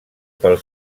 pel